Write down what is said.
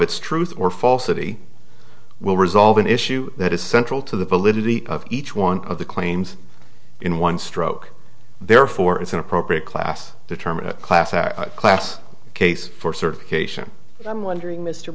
its truth or falsity will resolve an issue that is central to the validity of each one of the claims in one stroke therefore it's an appropriate class determine a class act class case for certification i'm wondering mr